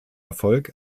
erfolg